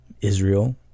Israel